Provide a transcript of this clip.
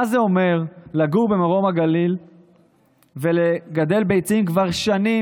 מה זה אומר לגור במרום הגליל ולגדל ביצים כבר שנים,